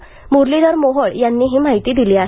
महापौर मुरलीधर मोहोळ यांनी ही माहिती दिली आहे